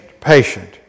patient